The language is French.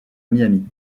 miami